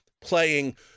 playing